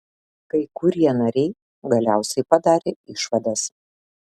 kai kurie nariai galiausiai padarė išvadas